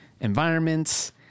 environments